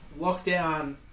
lockdown